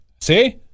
See